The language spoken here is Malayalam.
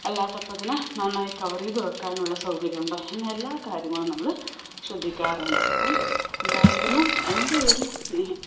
അല്ലാത്തപ്പോള് അതിന് നന്നായി കവര് ചെയ്തു വെക്കാനുള്ള സൗകര്യമുണ്ടോ എന്നെല്ലാമുള്ള കാര്യങ്ങളും നമ്മള് ശ്രദ്ധിക്കാറുണ്ട് അപ്പം ഇതായിരുന്നു എൻ്റെ ഒരു നിയ